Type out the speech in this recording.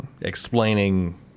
explaining